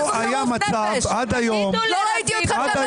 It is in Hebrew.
לא היה מצב עד היום --- לא ראיתי אתכם ככה